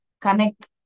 Connect